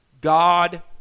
god